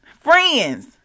friends